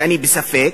ואני בספק,